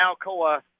Alcoa